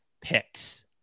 picks